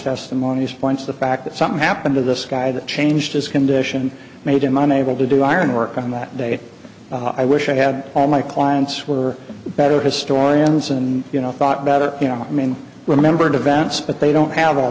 testimonies point to the fact that something happened to this guy that changed his condition made him i'm able to do iron work on that day i wish i had all my clients were better historians and you know thought better you know i mean remembered events but they don't have all